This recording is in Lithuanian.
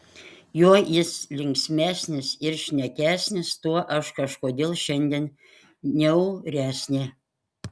juo jis linksmesnis ir šnekesnis tuo aš kažkodėl šiandien niauresnė